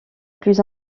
plus